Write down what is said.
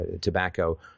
tobacco